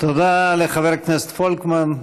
תודה לחבר הכנסת פולקמן.